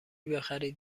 بخرید